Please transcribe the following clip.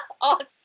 Awesome